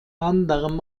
anderem